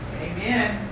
Amen